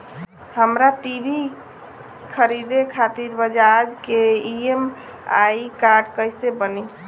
हमरा टी.वी खरीदे खातिर बज़ाज़ के ई.एम.आई कार्ड कईसे बनी?